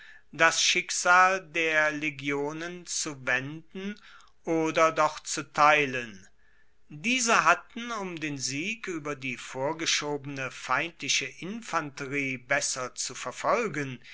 das schicksal der legionen zu wenden oder doch zu teilen diese hatten um den sieg ueber die vorgeschobene feindliche infanterie besser zu verfolgen